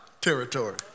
territory